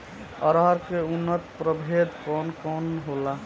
अरहर के उन्नत प्रभेद कौन कौनहोला?